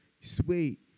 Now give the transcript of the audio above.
sweet